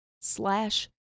slash